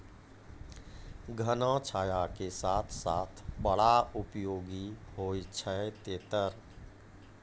घना छाया के साथ साथ बड़ा उपयोगी होय छै तेतर